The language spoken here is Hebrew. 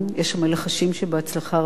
יש המלחשים שבהצלחה רבה,